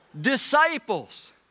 Disciples